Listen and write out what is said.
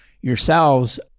yourselves